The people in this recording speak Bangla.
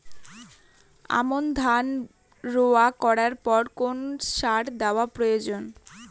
আমন ধান রোয়া করার পর কোন কোন সার দেওয়া প্রয়োজন?